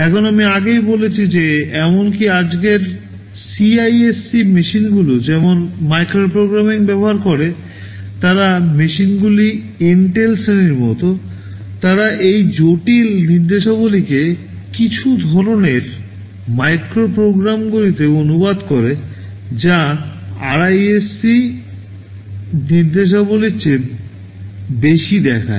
এখন আমি আগেই বলেছি যে এমনকি আজকের মেশিনগুলি যেমন মাইক্রো প্রোগ্রামিং ব্যবহার করে তাদের মেশিনগুলির ইন্টেল শ্রেণির মতো তারা এই জটিল নির্দেশাবলীকে কিছু ধরণের মাইক্রোপ্রগ্রামগুলিতে অনুবাদ করে যা আরআইএসসি নির্দেশাবলীর চেয়ে বেশি দেখায়